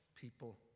people